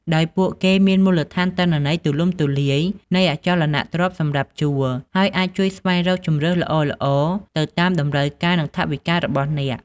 ដោយពួកគេមានមូលដ្ឋានទិន្នន័យទូលំទូលាយនៃអចលនទ្រព្យសម្រាប់ជួល ហើយអាចជួយស្វែងរកជម្រើសល្អៗទៅតាមតម្រូវការនិងថវិការបស់អ្នក។